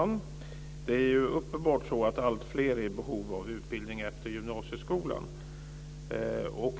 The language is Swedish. Herr talman! Det är uppenbart så att alltfler är i behov av utbildning efter gymnasieskolan.